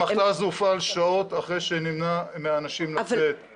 המכת"ז הופעל שעות אחרי שנמנע מאנשים לצאת.